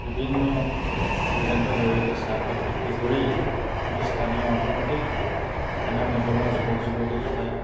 বিভিন্ন এজেণ্টৰ জৰিয়তে চাহপাত বিক্ৰী কৰি আমাৰ স্থানীয় অৰ্থনীতিত স্থানীয় নিবনুৱা যুৱক যুৱতী তথা